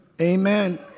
Amen